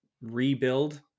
rebuild